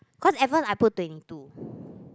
cause at first I put twenty two